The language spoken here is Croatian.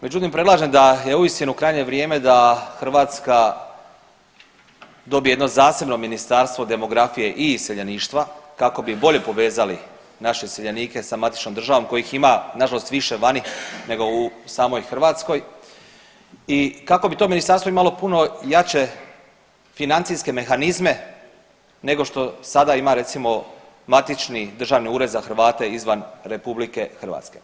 Međutim, predlažem da je uistinu krajnje vrijeme da Hrvatska dobije jedno zasebno ministarstvo demografije i iseljeništva kako bi bolje povezali naše iseljenike sa matičnom državom kojih ima nažalost više vani nego u samoj Hrvatskoj i kako bi to ministarstvo imalo puno jače financijske mehanizme nego što sada ima recimo matični Državni ured za Hrvate izvan RH.